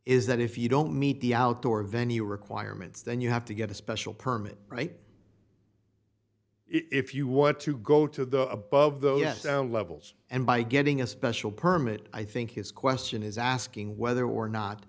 is that if you don't meet the outdoor venue requirements then you have to get a special permit right if you want to go to the above the yes sound levels and by getting a special permit i think his question is asking whether or not